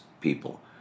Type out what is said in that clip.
people